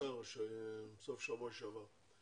האוצר סוף שבוע שעבר.